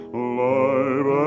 alive